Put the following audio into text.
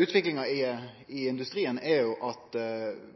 Utviklinga i industrien er at låge inntekter betyr mindre og mindre og teknologien meir og meir. Det ser vi i